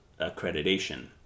accreditation